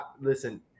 listen